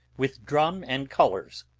with drum and colours,